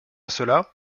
cela